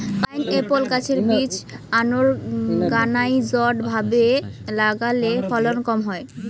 pineapple গাছের বীজ unorganised ভাবে লাগালে ফলন কম হয়